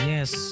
Yes